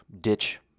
ditch